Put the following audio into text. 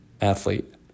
athlete